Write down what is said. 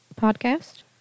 podcast